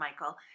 Michael